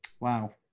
Wow